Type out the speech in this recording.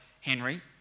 Henry